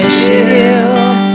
shield